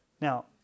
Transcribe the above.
Now